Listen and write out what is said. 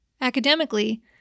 Academically